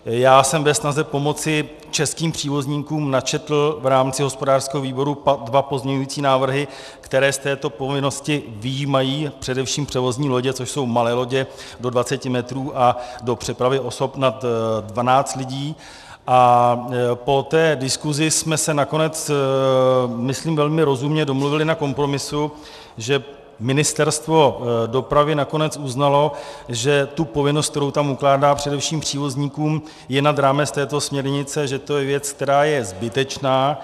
Já jsem ve snaze pomoci českým přívozníkům načetl v rámci hospodářského výboru dva pozměňovací návrhy, které z této povinnosti vyjímají především převozní lodě, což jsou malé lodě do 20 metrů a do přepravy osob nad 12 lidí, a po diskuzi jsme se nakonec myslím velmi rozumně domluvili na kompromisu, že Ministerstvo dopravy nakonec uznalo, že povinnost, kterou tam ukládá především přívozníkům, je nad rámec této směrnice a že to je věc, která je zbytečná.